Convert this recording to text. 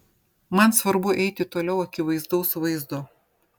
man svarbu eiti toliau akivaizdaus vaizdo